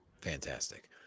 Fantastic